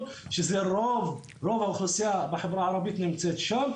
שזה רוב האוכלוסייה בחברה הערבית נמצאת שם,